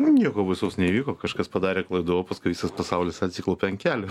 nieko baisaus neįvyko kažkas padarė klaidų o paskui visas pasaulis atsiklaupė ant kelių